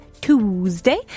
Tuesday